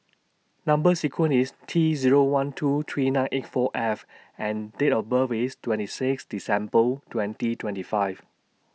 Number sequence IS T Zero one two three nine eight four F and Date of birth IS twenty six December twenty twenty five